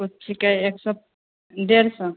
ओ छीके एक सए डेढ़ सए